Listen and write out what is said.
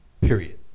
Period